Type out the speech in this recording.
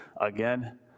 again